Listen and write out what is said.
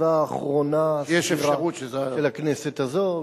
הישיבה האחרונה של הכנסת הזאת,